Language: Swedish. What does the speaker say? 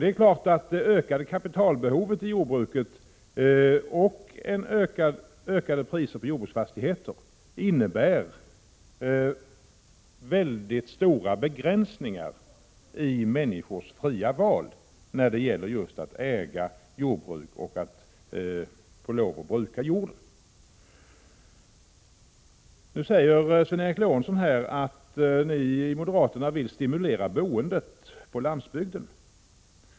Det är klart att det ökade kapitalbehovet i jordbruket och ökade priser på jordbruksfastigheter innebär mycket stora begränsningar i människors fria val när det gäller just att äga jordbruk och få lov att bruka jorden. Sven Eric Lorentzon säger att moderaterna vill stimulera boendet på landsbygden.